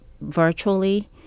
virtually